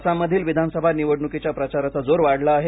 आसाममधील विधानसभा निवडणुकीच्या प्रचाराचा जोर वाढला आहे